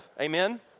Amen